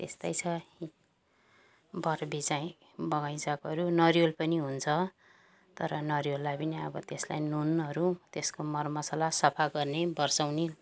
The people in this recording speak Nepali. त्यस्तै छ बोट बिरुवा बगैँचाकोहरू नरिवल पनि हुन्छ तर नरिवललाई पनि अब त्यसलाई नुनुहरू त्यसको मर मसाला सफा गर्नै वर्षेनी